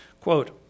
Quote